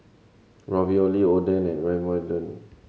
Ravioli Oden and Ramyeon